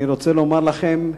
אני רוצה לומר לכם: